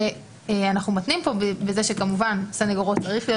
ואנחנו מתנים כאן בזה שכמובן סניגורו צריך להיות